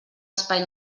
espai